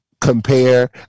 compare